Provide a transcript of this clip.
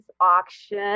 auction